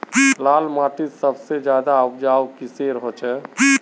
लाल माटित सबसे ज्यादा उपजाऊ किसेर होचए?